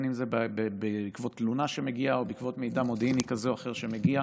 אם זה בעקבות תלונה שמגיעה או בעקבות מידע מודיעיני כזה או אחר שמגיע.